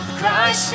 Christ